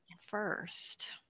first